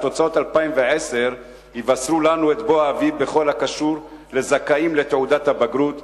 ותוצאות 2010 יבשרו לנו את בוא האביב בכל הקשור לזכאים לתעודת הבגרות,